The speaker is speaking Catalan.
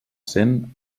cent